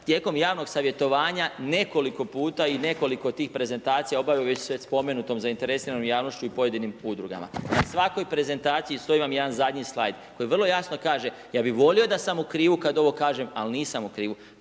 tijekom javnog savjetovanja nekoliko puta i nekoliko tih prezentacija obavio sa već spomenutom zainteresiranom javnošću i pojedinim udrugama. Na svakoj prezentaciji, stoji vam jedan zadnji slajd koji vrlo jasno kaže, ja bih volio da sam u krivu kad ovo kažem, ali nisam u krivu,